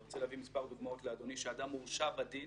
אני רוצה להביא מספר דוגמאות לאדוני שאדם הורשע בדין